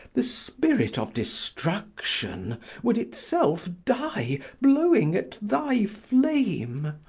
the spirit of destruction would itself die, blowing at thy flame!